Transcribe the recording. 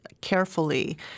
carefully